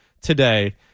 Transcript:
today